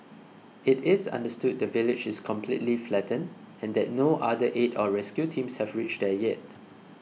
it is understood the village is completely flattened and that no other aid or rescue teams have reached there yet